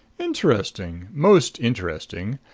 interesting most interesting!